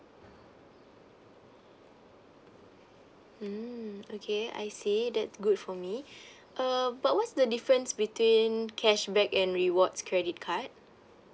mm okay I see that good for me uh but what's the difference between cashback and rewards credit card